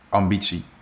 ambitie